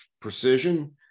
precision